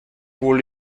wohl